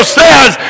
says